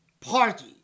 party